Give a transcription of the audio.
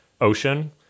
ocean